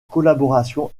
collaboration